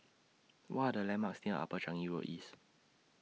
What Are The landmarks near Upper Changi Road East